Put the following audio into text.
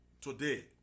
today